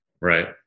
right